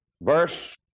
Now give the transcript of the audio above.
verse